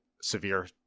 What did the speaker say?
severe